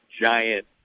giant